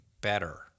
better